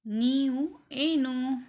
ನೀವು ಏನು